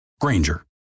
Granger